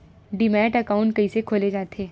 Demat account कइसे खोले जाथे?